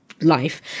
life